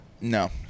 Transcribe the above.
No